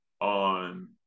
on